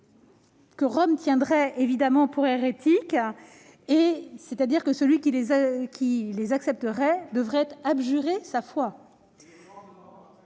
que Rome tiendrait désormais pour hérétiques, c'est-à-dire que celui qui les accepterait devrait abjurer sa foi.